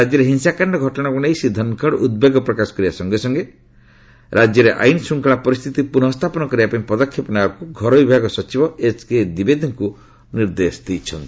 ରାଜ୍ୟରେ ହିଂସାକାଣ୍ଡ ଘଟଣାକୁ ନେଇ ଶ୍ରୀ ଧନଖଡ ଉଦ୍ବେଗ ପ୍ରକାଶ କରିବା ସଙ୍ଗେ ସଙ୍ଗେ ରାଜ୍ୟରେ ଆଇନ୍ ଶ୍ଚଙ୍ଖଳା ପରିସ୍ଥିତି ପୁନଃ ସ୍ଥାପନ କରିବା ପାଇଁ ପଦକ୍ଷେପ ନେବାକୁ ଘରୋଇ ବିଭାଗର ସଚିବ ଏଚ୍କେଦ୍ୱିବେଦୀଙ୍କୁ ନିର୍ଦ୍ଦେଶ ଦେଇଛନ୍ତି